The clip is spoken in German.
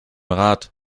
rad